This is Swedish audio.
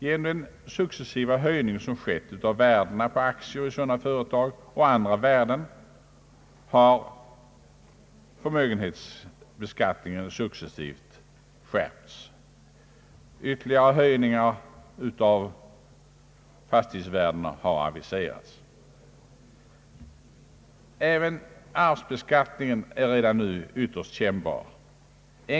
Genom den successiva höjning som skett av värdet på aktier och av andra värden i sådana företag har förmögenhetsbeskattningen undan för undan skärpts. Ytterligare höjningar av fastighetsvärdena har aviserats med ty åtföljande ytterligare skatteskärpningar. Även arvsbeskattningen är redan nu ytterst kännbar för familjeföretagen.